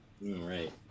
Right